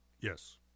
Yes